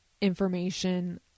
information